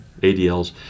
ADLs